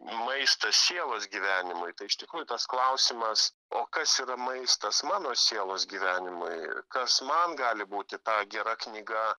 maistas sielos gyvenimui tai iš tikrųjų tas klausimas o kas yra maistas mano sielos gyvenimui kas man gali būti ta gera knyga